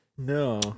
No